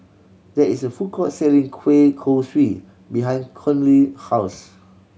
there is a food court selling kueh kosui behind Conley house